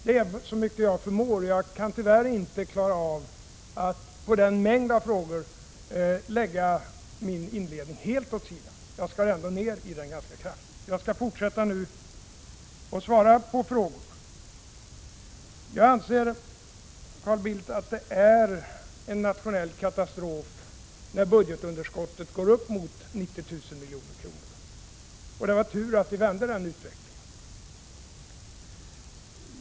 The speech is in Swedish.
Det är ungefär så mycket jag förmår. Jag kan tyvärr inte lägga min inledning helt åt sidan för att svara på en mängd frågor — jag skar ändå ner den ganska kraftigt. Jag skall nu fortsätta att svara på frågor. Jag anser, Carl Bildt, att det är en nationell katastrof när budgetunderskottet går upp mot 90 000 milj.kr. Det är tur att vi vände den utvecklingen.